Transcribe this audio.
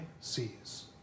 sees